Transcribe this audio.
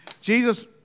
Jesus